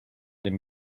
dem